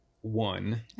one